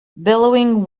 billowing